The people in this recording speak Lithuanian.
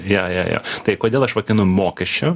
jo jo jo tai kodėl aš vadinu mokesčiu